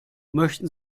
möchten